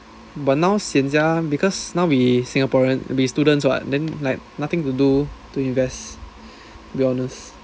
but now sian sia because now we singaporean we students what then like nothing to do to invest to be honest